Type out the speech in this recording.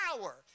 power